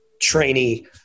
trainee